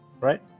Right